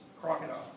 crocodile